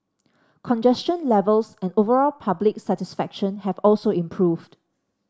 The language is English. congestion levels and overall public satisfaction have also improved